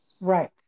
Right